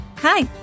Hi